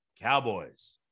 Cowboys